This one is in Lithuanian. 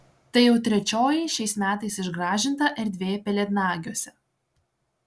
tai jau trečioji šiais metais išgražinta erdvė pelėdnagiuose